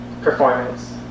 performance